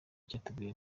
cyateguwe